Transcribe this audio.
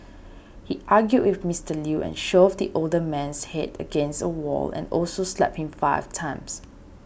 he argued with Mister Lew and shoved the older man's head against a wall and also slapped him five times